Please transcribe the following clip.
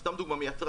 סתם דוגמה ממרצדס,